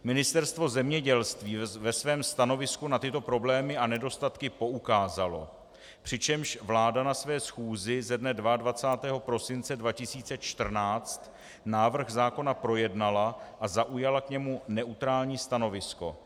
Ministerstvo zemědělství ve svém stanovisku na tyto problémy a nedostatky poukázalo, přičemž vláda na své schůzi ze dne 22. prosince 2014 návrh zákona projednala a zaujala k němu neutrální stanovisko.